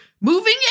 moving